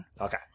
Okay